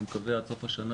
אני מקווה עד סוף השנה,